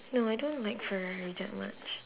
no I don't like ferrari that much